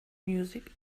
music